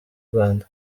rwanda